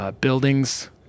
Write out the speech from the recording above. buildings